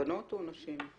גם